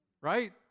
Right